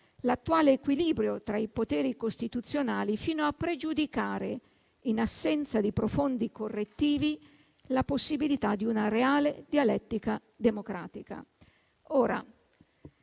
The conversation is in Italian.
l'attuale equilibrio tra i poteri costituzionali, fino a pregiudicare, in assenza di profondi correttivi, la possibilità di una reale dialettica democratica. Ora,